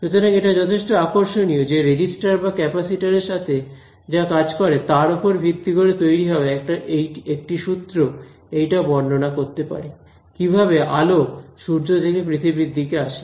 সুতরাং এটা যথেষ্ট আকর্ষণীয় যে রেজিস্টার বা ক্যাপাসিটর এর সাথে যা কাজ করে তার ওপর ভিত্তি করে তৈরি হওয়া একটি সূত্র এইটা বর্ণনা করতে পারে কিভাবে আলো সূর্য থেকে পৃথিবীর দিকে আসে